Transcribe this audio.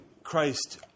Christ